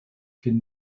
can